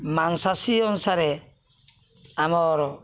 ମାଂସାଶୀ ଅନୁସାରେ ଆମର୍